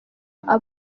aba